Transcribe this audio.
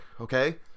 okay